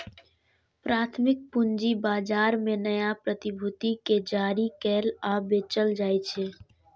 प्राथमिक पूंजी बाजार मे नया प्रतिभूति कें जारी कैल आ बेचल जाइ छै